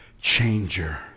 changer